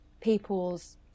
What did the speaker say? people's